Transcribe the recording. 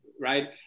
Right